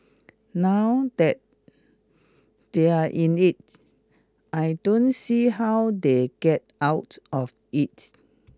now that they are in it I don't see how they get out of it